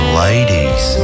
ladies